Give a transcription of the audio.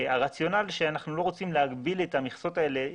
הרציונל הוא שאנחנו לא רוצים להגביל את המכסות האלה.